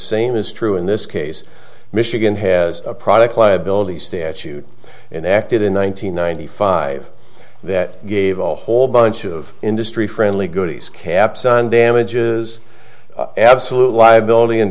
same is true in this case michigan has a product liability statute and acted in one nine hundred ninety five that gave all whole bunch of industry friendly goodies caps on damages absolute liability